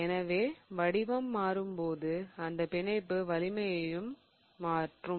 எனவே வடிவம் மாறும் போது அந்த பிணைப்பு வலிமையும் மாறும்